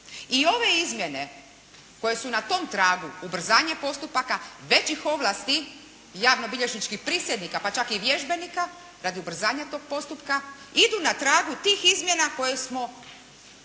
I ove izmjene koje su na tom tragu ubrzanja postupaka većih ovlasti javnobilježničkih prisjednika pa čak i vježbenika radi ubrzanja tog postupka idu na tragu ubrzanja postupaka